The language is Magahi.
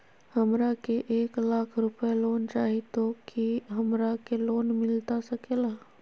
हमरा के एक लाख रुपए लोन चाही तो की हमरा के लोन मिलता सकेला?